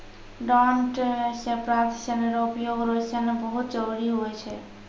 डांट से प्राप्त सन रो उपयोग रो सन बहुत जरुरी हुवै छै